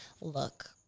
look